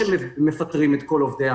או שמפטרים את כל העובדים,